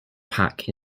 pack